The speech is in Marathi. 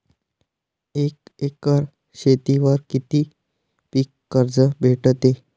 एक एकर शेतीवर किती पीक कर्ज भेटते?